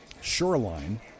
Shoreline